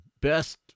best